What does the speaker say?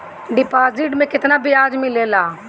Deposit मे केतना बयाज मिलेला?